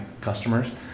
customers